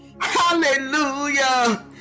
hallelujah